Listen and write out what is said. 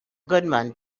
goodman